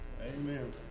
Amen